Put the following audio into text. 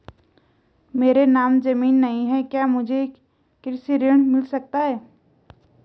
मेरे नाम ज़मीन नहीं है क्या मुझे कृषि ऋण मिल सकता है?